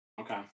Okay